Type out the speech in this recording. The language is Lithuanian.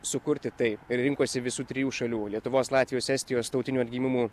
sukurti tai rinkosi visų trijų šalių lietuvos latvijos estijos tautinių atgimimų